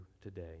today